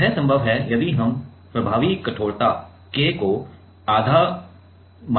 यह संभव है यदि हम प्रभावी कठोरता K को आधा प्रभावी मानते हैं